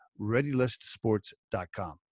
ReadyListSports.com